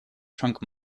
trunk